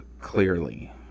clearly